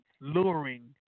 luring